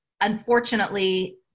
unfortunately